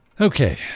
Okay